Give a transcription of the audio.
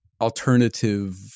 alternative